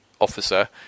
officer